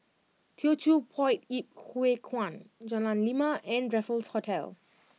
Teochew Poit Ip Huay Kuan Jalan Lima and Raffles Hotel